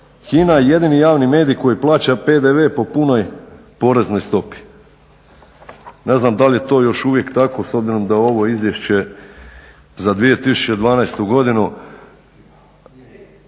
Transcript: HINA jedini javni medij koji plaća PDV po punoj poreznoj stopi. Ne znam da li je to još uvijek tako s obzirom da je ovo izvješće za 2012. godinu,